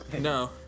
No